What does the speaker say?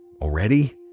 already